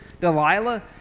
Delilah